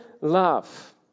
love